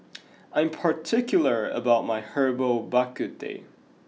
I am particular about my Herbal Bak Ku Teh